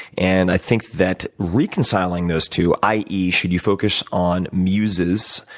and i think that reconciling those two, i e. should you focus on muses,